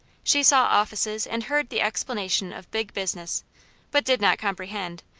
she saw offices and heard the explanation of big business but did not comprehend,